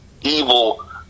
evil